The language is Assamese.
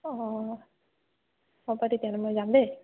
অঁ হ'ব তেতিয়াহ'লে মই যাম দেই